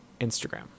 Instagram